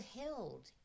held